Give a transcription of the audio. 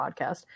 podcast